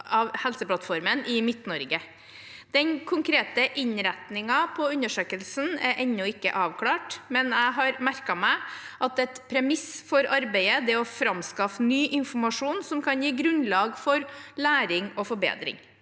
i Midt-Norge. Den konkrete innretningen på undersøkelsen er ennå ikke avklart, men jeg har merket meg at et premiss for arbeidet er å framskaffe ny informasjon som kan gi grunnlag for læring og forbedring.